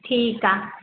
ठीकु आहे